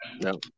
No